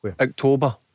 October